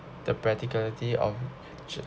the practicality of